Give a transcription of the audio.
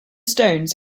stones